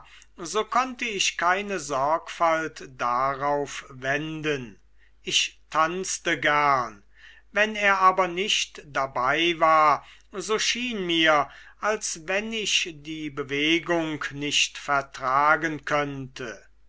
so konnte ich keine sorgfalt darauf wenden ich tanzte gern wenn er aber nicht dabei war so schien mir als wenn ich die bewegung nicht vertragen könnte